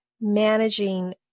managing